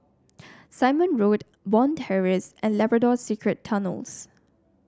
Simon Road Bond Terrace and Labrador Secret Tunnels